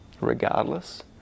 regardless